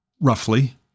roughly